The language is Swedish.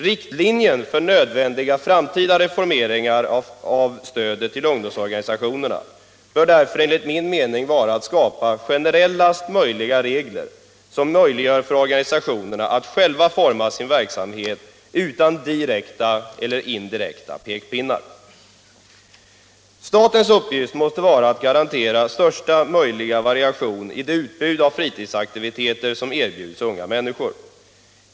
Riktlinjen för nödvändiga framtida reformeringar av stödet till ungdomsorganisationerna bör därför enligt min mening vara att skapa generellaste möjliga regler som möjliggör för organisationerna att själva forma sin verksamhet utan direkta eller indirekta pekpinnar. Statens uppgift måste vara att garantera variation i det utbud av fritidsaktiviteter som erbjuds unga människor.